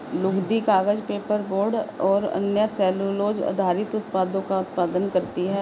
लुगदी, कागज, पेपरबोर्ड और अन्य सेलूलोज़ आधारित उत्पादों का उत्पादन करती हैं